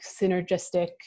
synergistic